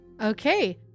Okay